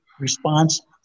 response